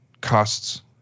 costs